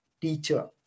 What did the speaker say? teacher